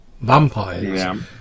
vampires